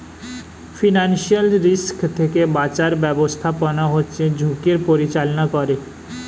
financial risk থেকে বাঁচার ব্যাবস্থাপনা হচ্ছে ঝুঁকির পরিচালনা করে